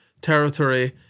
territory